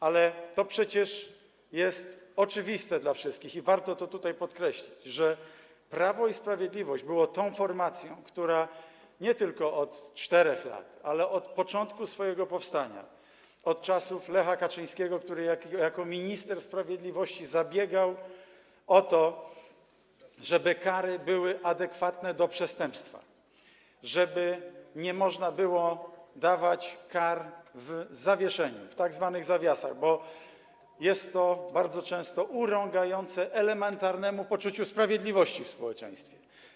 Ale to przecież jest oczywiste dla wszystkich, i trzeba to tutaj podkreślić, że Prawo i Sprawiedliwość było tą formacją, która była za tym nie tylko od 4 lat, ale od początku swojego powstania, od czasów Lecha Kaczyńskiego, który jako minister sprawiedliwości zabiegał o to, żeby kary były adekwatne do przestępstwa, żeby nie można było dawać kar w zawieszeniu, w tzw. zawiasach, bo jest to bardzo często urągające elementarnemu poczuciu sprawiedliwości w społeczeństwie.